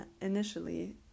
initially